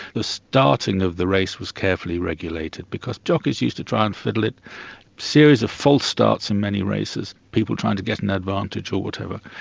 the starting of the race was carefully regulated, because jockeys used to try and fiddle it a series of false starts in many races, people trying to get an advantage or whatever.